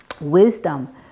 wisdom